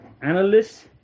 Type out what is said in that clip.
analysts